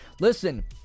Listen